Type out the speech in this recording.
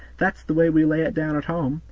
that's the way we lay it down at home,